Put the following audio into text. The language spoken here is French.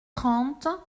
trente